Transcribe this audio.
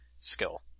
skill